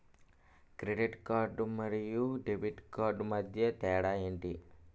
Credit card మరియు debit card మధ్య తేడా ఎంటి?